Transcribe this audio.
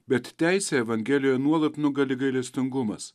bet teisė evangelijoje nuolat nugali gailestingumas